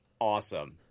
Awesome